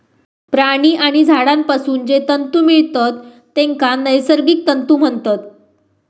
प्राणी आणि झाडांपासून जे तंतु मिळतत तेंका नैसर्गिक तंतु म्हणतत